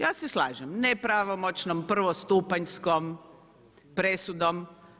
Ja se slažem, nepravomoćnom, prvostupanjskom presudom.